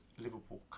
Liverpool